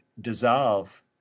dissolve